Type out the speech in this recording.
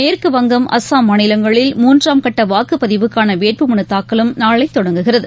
மேற்கு வங்கம் அஸ்ஸாம் மாநிலங்களில் மூன்றாம் கட்ட வாக்குப்பதிவுக்கான வேட்பு மனு தாக்கலும் நாளை தொடங்குகிறது